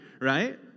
right